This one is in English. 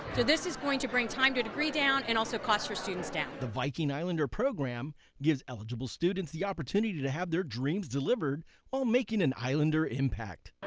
this is going to bring time to a degree down and also cost for students down. the viking islander program gives eligible students the opportunity to have their dreams delivered while making an islander impact.